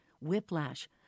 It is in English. whiplash